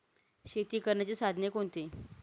शेती करण्याची साधने कोणती?